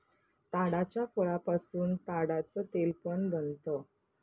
ताडाच्या फळापासून ताडाच तेल पण बनत